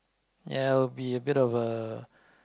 ya it'll be a bit of a